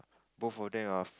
both of them are